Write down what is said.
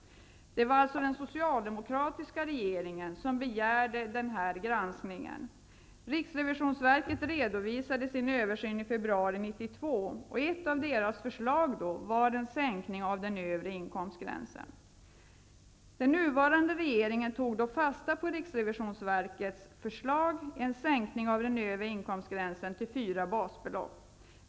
Det var alltså den socialdemokratiska regeringen som begärde den här granskningen. Riksrevisionsverket redovisade sin översyn i februari 1992. Ett av deras förslag var en sänkning av den övre inkomstgränsen. Den nuvarande regeringen tog fasta på riksrevisionsverkets förslag, en sänkning av den övre inkomstgränsen till 4 basbelopp.